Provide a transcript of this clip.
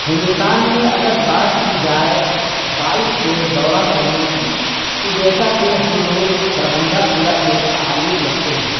ہندوستان میں اگر بات کی جائے بائک سے دورہ کرنے کی تو جیسا کہ ہم لوگ دربھنگہ ضلع سے تعلق رکھتے ہیں